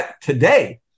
today